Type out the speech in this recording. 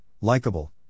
likable